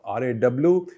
RAW